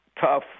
tough